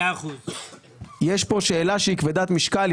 יש כאן שאלה שהיא כבדת משקל.